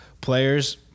players